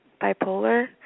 bipolar